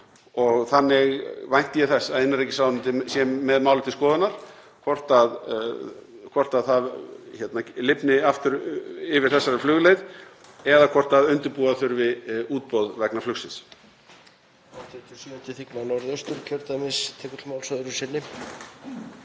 Því vænti ég þess að innviðaráðuneytið sé með málið til skoðunar, hvort það lifni aftur yfir þessari flugleið eða hvort undirbúa þurfi útboð vegna flugsins.